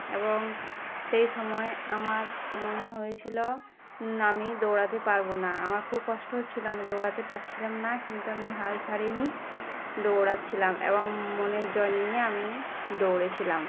এবং সেই সময় আমার মনে হয়েছিলো আমি দৌড়াতে পারবো না আমার খুব কষ্ট হচ্ছিলো আমি দৌড়াতে পাচ্ছিলাম না কিন্তু আমি হাল ছাড়িনি দৌড়াচ্ছিলাম এবং মনের জোর নিয়ে আমি দৌড়েছিলাম